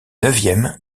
neuvième